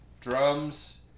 drums